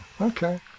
Okay